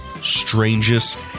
strangest